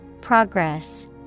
Progress